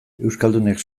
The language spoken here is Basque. euskaldunek